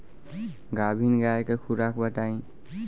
गाभिन गाय के खुराक बताई?